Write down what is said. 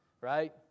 right